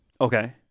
Okay